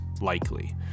likely